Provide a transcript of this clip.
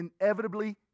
inevitably